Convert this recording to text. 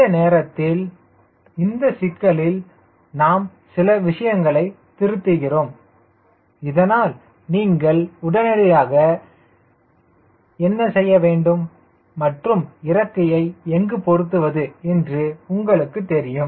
இந்த நேரத்தில் இந்த சிக்கலில் நாம் சில விஷயங்களை திருத்துகிறோம் இதனால் நீங்கள் உடனடியாக நீங்கள் என்ன செய்ய வேண்டும் மற்றும் இறக்கையை எங்கு பொருத்துவது என்று உங்களுக்குத் தெரியும்